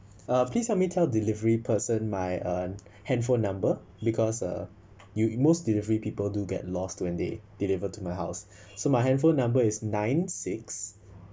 uh please help me tell delivery person my uh handphone number because uh you most delivery people do get lost when they deliver to my house so my handphone number is nine six